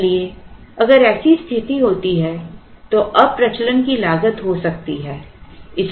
इसलिए अगर ऐसी स्थिति होती है तो अप्रचलन की लागत हो सकती है